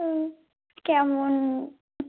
হুম কেমন